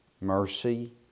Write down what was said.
mercy